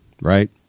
right